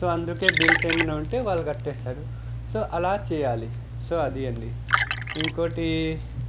so అందుకని bills ఏమన్నా ఉంటే వాళ్ళు కట్టేస్తారు సో అలా చేయాలి సో అది అండి ఇంకొకటి